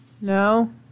No